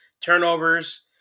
turnovers